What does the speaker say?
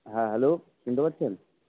হ্যাঁ হ্যালো শুনতে পাচ্ছেন